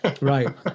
Right